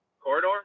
corridor